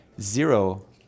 Zero